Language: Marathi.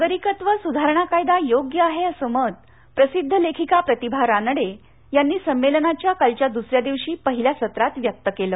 नागरिकत्व सुधारणा कायदा योग्य आहे असं मत प्रसिद्ध लेखिका प्रतिभा रानडे यांनी संमेलनाच्या कालच्या दुसऱ्या दिवशी पहिल्या सत्रात व्यक्त केलं